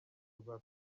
rwa